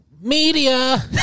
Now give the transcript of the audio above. Media